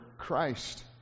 Christ